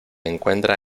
encuentra